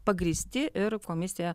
pagrįsti ir komisija